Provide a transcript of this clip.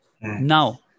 Now